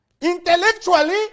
intellectually